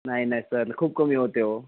नाही नाही सर खूप कमी होते ओ